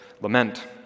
lament